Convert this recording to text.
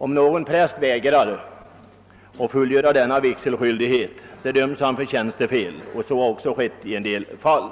Om någon präst vägrar att fullgöra denna vigselskyldighet döms han för tjänstefel. Så har också skett i en del fall.